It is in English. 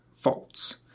faults